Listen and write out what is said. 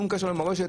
שום קשר למורשת.